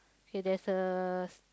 okay there's uh